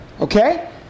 Okay